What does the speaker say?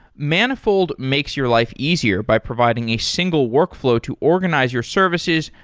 manifold makes your life easier by providing a single workflow to organize your services,